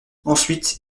ensuite